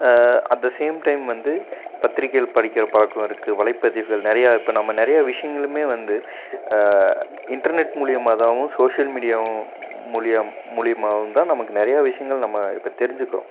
at the same time வந்து பத்திரிகைகள் படிக்கிற பழக்கம் இருக்குது வலைப்பதிவுகள் நிறையா இப்போ நம்ம நிறையா விஷயங்களுமே வந்து இன்டர்நெட் மூலிமாதாவும் சோஷியல் மீடியா மூலிம் மூலிமாவும் தான் நமக்கு நிறையா விஷயங்கள் நம்ம இப்போ தெரிஞ்சிக்கிறோம்